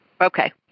Okay